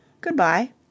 Goodbye